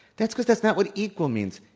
that's because that's not what equal means.